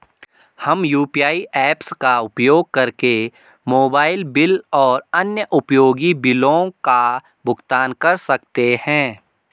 हम UPI apps का उपयोग करके मोबाइल बिल और अन्य उपयोगी बिलों का भुगतान कर सकते हैं